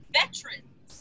veterans